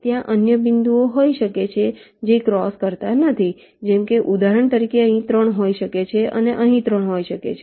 ત્યાં અન્ય બિંદુઓ હોઈ શકે છે જે ક્રોસ કરતા નથી જેમ કે ઉદાહરણ તરીકે અહીં 3 હોઈ શકે છે અને અહીં 3 હોઈ શકે છે